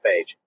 page